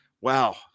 Wow